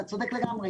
אתה צודק לגמרי,